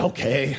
Okay